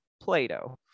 Plato